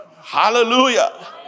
Hallelujah